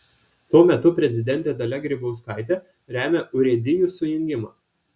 tuo metu prezidentė dalia grybauskaitė remia urėdijų sujungimą